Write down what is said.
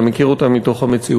אתה מכיר אותם מהמציאות.